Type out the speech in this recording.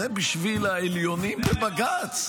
זה בשביל העליונים בבג"ץ.